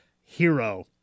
hero